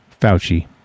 Fauci